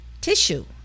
tissue